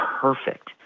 perfect